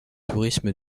tourisme